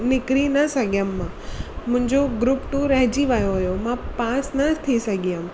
निकिरी न सघियमि मां मुंहिंजो ग्रूप टू रहिजी वियो हुयो मां पास न थी सघी हुयमि